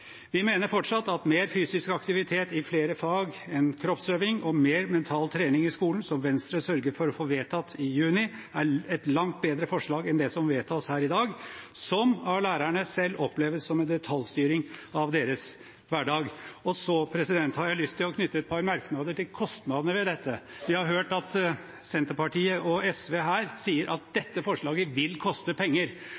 Vi mener fortsatt at mer fysisk aktivitet i flere fag enn kroppsøving, og mer mental trening i skolen – som Venstre sørget for å få vedtatt i juni – er et langt bedre forslag enn det som vedtas her i dag, som av lærerne selv oppleves som en detaljstyring av deres hverdag. Så har jeg lyst til å knytte et par merknader til kostnadene ved dette. Vi har hørt at Senterpartiet og SV her sier at dette forslaget vil koste penger. Så sier Kristelig Folkeparti at de